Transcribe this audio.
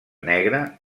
negra